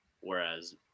whereas